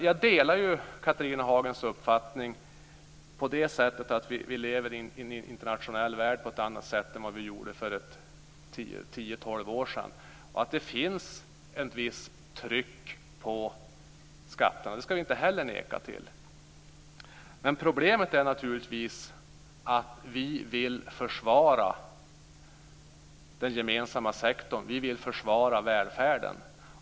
Jag delar Catharina Hagens uppfattning på det sättet att vi lever i en internationell värld på ett annat sätt än vad vi gjorde för tio-tolv år sedan och att det finns ett visst tryck på skatterna. Det ska vi inte heller neka till. Men problemet är naturligtvis att vi vill försvara den gemensamma sektorn. Vi vill försvara välfärden.